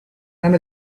and